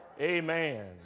Amen